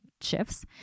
shifts